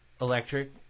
electric